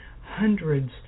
hundreds